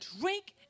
drink